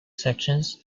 sections